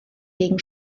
gegen